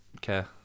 care